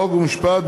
חוק ומשפט,